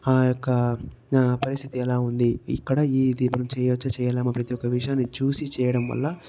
ఆ యొక్క పరిస్థితి ఎలా ఉంది ఇక్కడ ఈ పని చేయవచ్చా చేయలేమా ప్రతి ఒక్క విషయాన్ని చూసి చేయడం వల్ల